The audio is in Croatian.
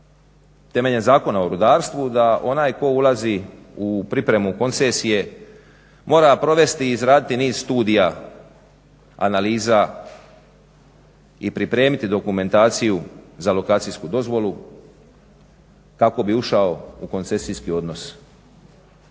temeljem zakona o rudarstvu da onaj tko ulazi u pripremu koncesije mora provesti i izraditi niz studija, analiza i pripremiti dokumentaciju za lokacijsku dozvolu kako bi ušao u koncesijskim odnos.